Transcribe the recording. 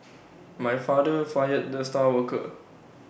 my father fired the star worker